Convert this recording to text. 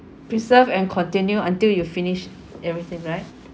preserve and continue until you've finished everything right